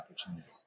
opportunity